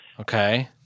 Okay